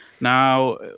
Now